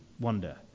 wonder